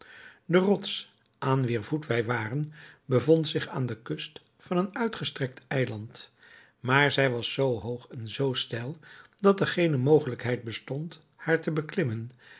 de rots aan wier voet wij waren bevond zich aan de kust van een uitgestrekt eiland maar zij was zoo hoog en zoo steil dat er geene mogelijkheid bestond haar te beklimmen